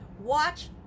watch